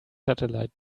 satellite